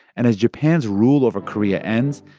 and as japan's rule over korea ends,